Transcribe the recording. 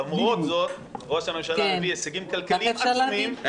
למרות זאת ראש הממשלה הביא הישגים כלכליים עצומים.